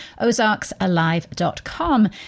ozarksalive.com